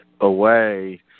away